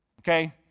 okay